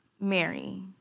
Mary